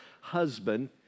husband